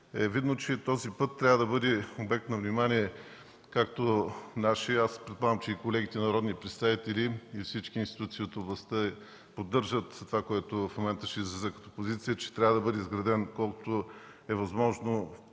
видно, че този път трябва да бъде обект на внимание. Предполагам, че колегите народни представители и всички институции от областта поддържат това, което в момента ще излезе като позиция, че трябва да бъде изградена колкото е възможно